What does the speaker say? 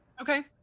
Okay